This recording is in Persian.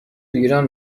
ایران